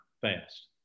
fast